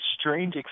strange